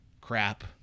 Crap